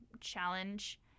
challenge